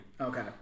Okay